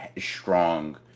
strong